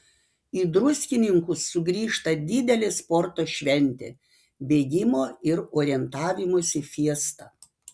į druskininkus sugrįžta didelė sporto šventė bėgimo ir orientavimosi fiesta